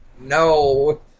no